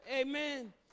Amen